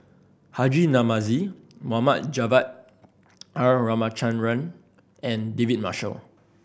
Haji Namazie Mohd Javad R Ramachandran and David Marshall